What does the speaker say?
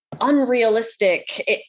unrealistic